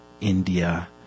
India